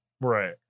right